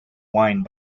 wine